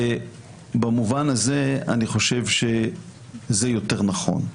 במובן הזה אני חושב שזה יותר נכון.